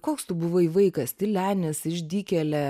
koks tu buvai vaikas tylenis išdykėlė